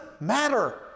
matter